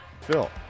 Phil